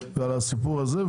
ועל הסיפור הזה,